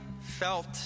felt